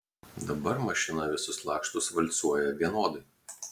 dabar mašina visus lakštus valcuoja vienodai